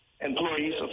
employees